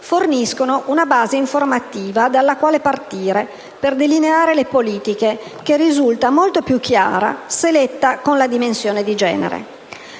fornisce una base informativa dalla quale partire per delineare le politiche, che risulta molto più chiara se letta con la dimensione di genere.